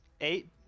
eight